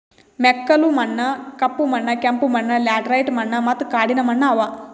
ಮೆಕ್ಕಲು ಮಣ್ಣ, ಕಪ್ಪು ಮಣ್ಣ, ಕೆಂಪು ಮಣ್ಣ, ಲ್ಯಾಟರೈಟ್ ಮಣ್ಣ ಮತ್ತ ಕಾಡಿನ ಮಣ್ಣ ಅವಾ